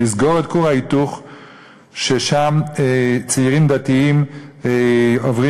לסגור את כור ההיתוך ששם צעירים דתיים עוברים